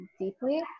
deeply